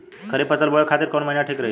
खरिफ फसल बोए खातिर कवन महीना ठीक रही?